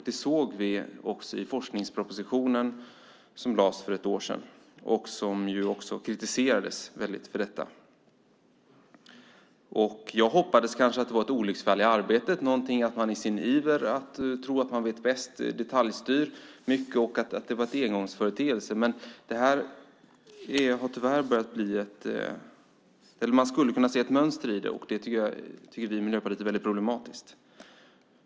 Det såg vi redan i den forskningsproposition som lades fram för ett år sedan och som kritiserades mycket för detaljstyrning. Jag hoppades kanske att det var ett olycksfall i arbetet, att man i sin iver och tro att man vet bäst detaljstyr mycket och att det var en engångsföreteelse - man skulle kunna se ett mönster i det hela. Vi i Miljöpartiet tycker att det är väldigt problematiskt.